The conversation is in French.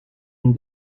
une